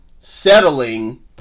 settling